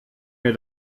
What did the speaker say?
mir